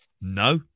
no